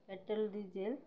petrol diesel